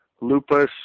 lupus